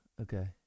Okay